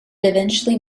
eventually